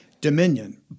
dominion